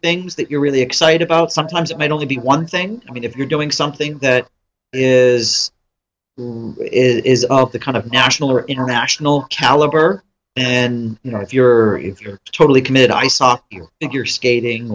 things that you're really excited about sometimes it might only be one thing i mean if you're doing something that is is the kind of national or international caliber then you know if you're if you're totally committed i saw you if you're skating